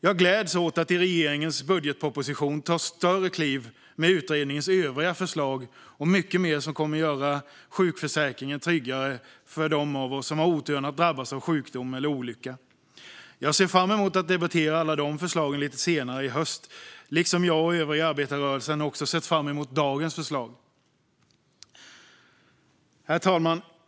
Jag gläds åt att det i regeringens budgetproposition tas större kliv med utredningens övriga förslag och mycket mer som kommer att göra sjukförsäkringen tryggare för dem av oss som har oturen att drabbas av sjukdom eller olycka. Jag ser fram emot att debattera alla dessa förslag lite senare i höst, liksom jag och övriga arbetarrörelsen också sett fram emot dagens förslag. Herr talman!